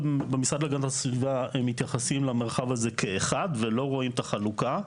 להגנת הסביבה מתייחסים למרחב הזה כאחד ולא רואים את החלוקה.